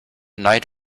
night